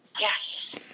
Yes